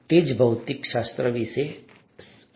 તે જ ભૌતિકશાસ્ત્ર વિશે છે